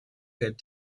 good